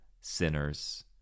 sinners